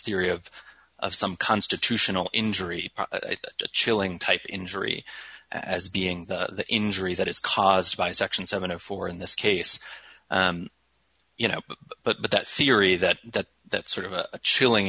theory of of some constitutional injury chilling type injury as being the injury that is caused by section seven of four in this case you know but that theory that that that sort of a chilling